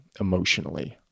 emotionally